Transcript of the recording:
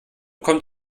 kommt